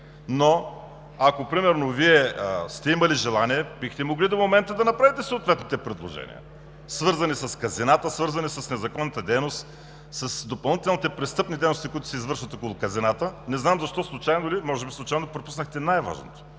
Но примерно, ако Вие сте имали желание, бихте могли до момента да направите съответните предложения, свързани с казината, свързани с незаконната дейност, с допълнителните престъпни дейности, които се извършват около казината. Не знам защо, може би случайно, пропуснахте най-важното: